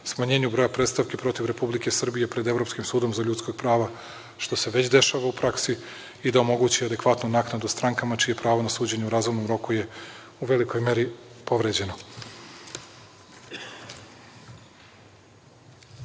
smanjenju broja predstavki protiv Republike Srbije pred Evropskim sudom za ljudska prava, što se već dešava u praksi i da omogući adekvatnu naknadu strankama čije je pravo na suđenje u razumnom roku, u velikoj meri, povređeno. Nikola